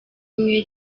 umwe